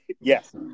Yes